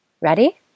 Ready